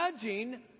judging